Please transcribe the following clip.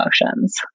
emotions